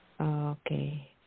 Okay